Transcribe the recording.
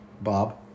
Bob